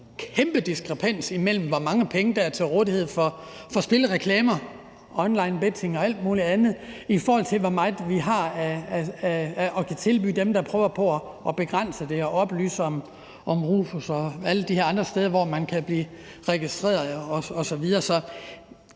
Der er jo en kæmpe diskrepans mellem, hvor mange penge der er til rådighed til spilreklamer, onlinebetting og alt muligt andet, og hvor meget vi har at kunne tilbyde dem, der prøver på at begrænse det og oplyse om ROFUS og alle de her andre steder, hvor man kan blive registreret osv.